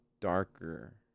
darker